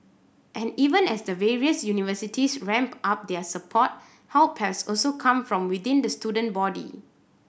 and even as the various universities ramp up their support help has also come from within the student body